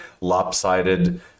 lopsided